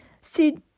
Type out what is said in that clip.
see